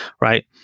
right